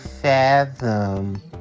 fathom